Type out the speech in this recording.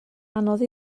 anodd